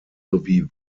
sowie